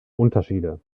unterschiede